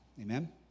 amen